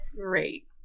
Great